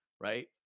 right